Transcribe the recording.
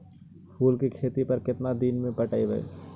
फूल के खेती में केतना दिन पर पटइबै?